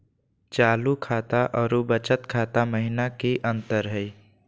चालू खाता अरू बचत खाता महिना की अंतर हई?